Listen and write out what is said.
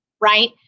right